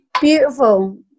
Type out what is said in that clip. beautiful